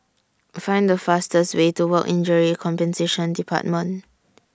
Find The fastest Way to Work Injury Compensation department